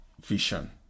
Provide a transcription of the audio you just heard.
vision